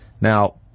Now